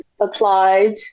applied